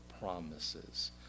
promises